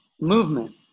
movement